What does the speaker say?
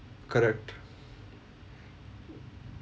correct